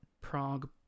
Prague